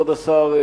כבוד השר,